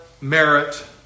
merit